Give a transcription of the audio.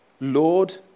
Lord